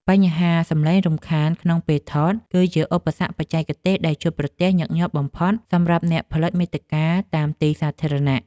បញ្ហាសម្លេងរំខានក្នុងពេលថត គឺជាឧបសគ្គបច្ចេកទេសដែលជួបប្រទះញឹកញាប់បំផុត សម្រាប់អ្នកផលិតមាតិកាតាមទីសាធារណៈ។